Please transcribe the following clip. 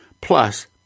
plus